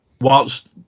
Whilst